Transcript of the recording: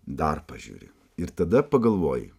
dar pažiūri ir tada pagalvoji